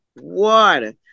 water